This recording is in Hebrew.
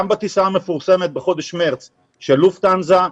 גם בטיסה המפורסמת בחודש מרס של "לופטהנזה"